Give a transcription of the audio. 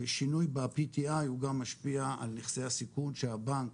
השינוי ב-PTI גם הוא משפיע על נכסי הסיכון שהבנק